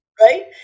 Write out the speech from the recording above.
right